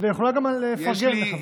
ויכולה גם לפרגן לחבר כנסת.